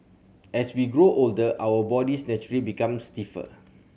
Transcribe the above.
as we grow older our bodies naturally become stiffer